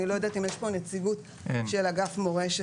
אני לא יודעת אם יש פה נציגות של אגף מורשת,